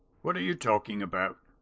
what are you talkin' about?